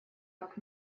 как